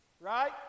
Right